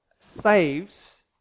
saves